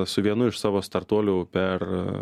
su vienu iš savo startuolių per